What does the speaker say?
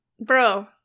Bro